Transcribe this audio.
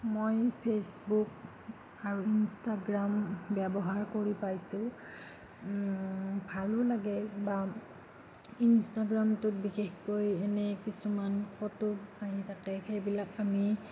মই ফেচবুক আৰু ইনষ্টাগ্ৰাম ব্যৱহাৰ কৰি পাইছোঁ ভালো লাগে বা ইনষ্টাগ্ৰামটোত বিশেষকৈ এনে কিছুমান ফটো আহি থাকে সেইবিলাক আমি